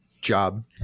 job